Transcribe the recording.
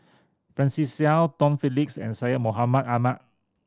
Francis Seow Tom Phillips and Syed Mohamed Ahmed